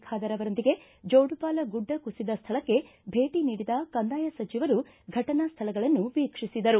ಖಾದರ್ ಅವರೊಂದಿಗೆ ಜೋಡುಪಾಲ ಗುಡ್ಡ ಕುಸಿದ ಸ್ಥಳಕ್ಕೆ ಭೇಟಿ ನೀಡಿದ ಕಂದಾಯ ಸಚಿವರು ಫಟನಾ ಸ್ಥಳವನ್ನು ವೀಕ್ಷಿಸಿದರು